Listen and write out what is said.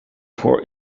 poor